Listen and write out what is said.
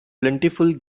plentiful